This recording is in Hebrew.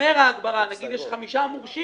נניח שיש חמישה מורשים